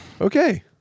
Okay